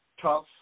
tough